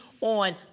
on